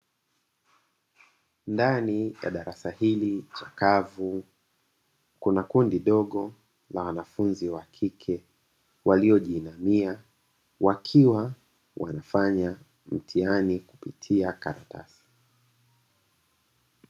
Ndani ya darasa hili chakavu kuna kundi dogo la wanafunzi wa kike waliojiinamia wakiwa wanafanya mtihani kupitia karatasi.